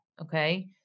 Okay